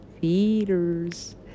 Feeders